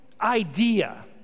idea